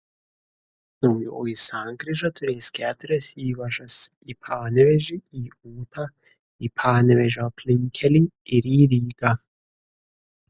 naujoji sankryža turės keturias įvažas į panevėžį į ūtą į panevėžio aplinkkelį ir į rygą